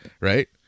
right